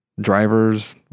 drivers